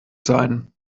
sein